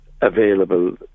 available